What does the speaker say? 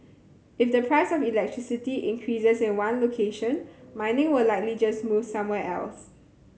if the price of electricity increases in one location mining will likely just move somewhere else